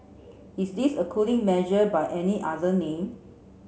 is this a cooling measure by any other name